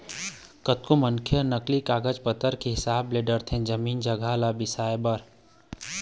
कतको मनखे मन ह नकली कागज पतर के हिसाब ले डरथे जमीन जघा ल बिसाए बर